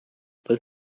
this